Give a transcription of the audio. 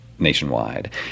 nationwide